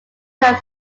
term